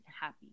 happy